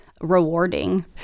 rewarding